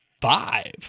five